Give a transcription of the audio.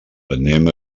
anem